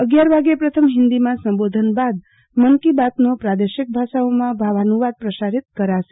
અગિયાર વાગે પ્રથમ હિન્દીમાં સંબોધન બાદ મન કી બાતનો પ્રાદેશિક ભાષાઓમાં ભાવાનુવાદ પ્રસારીત કરાશે